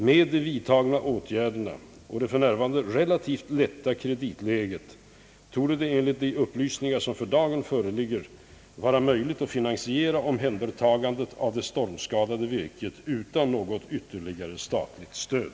Med de vidtagna åtgärderna och det f.n. relativt lätta kreditläget torde det enligt de upplysningar som för dagen föreligger vara möjligt att finansiera omhändertagandet av det stormskadade virket utan något ytterligare statligt stöd.